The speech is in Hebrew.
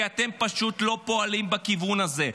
כי אתם פשוט לא פועלים בכיוון הזה,